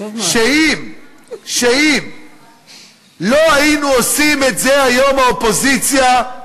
שאם לא היינו עושים את זה היום, האופוזיציה,